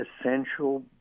essential